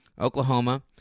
Oklahoma